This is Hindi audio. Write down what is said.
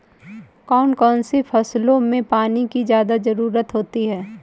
कौन कौन सी फसलों में पानी की ज्यादा ज़रुरत होती है?